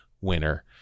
winner